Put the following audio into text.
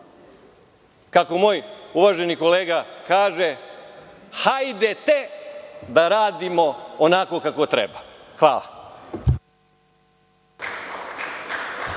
Kako moj uvaženi kolega kaže – hajdete da radimo onako kako treba. Hvala.